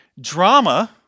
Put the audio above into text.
Drama